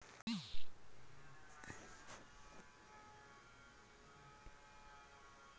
debit कार्डानं मले माय बिल